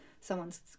someone's